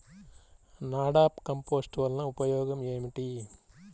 NADEP compost వలన ఉపయోగం ఏమిటి?